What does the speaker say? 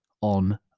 on